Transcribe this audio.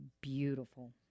beautiful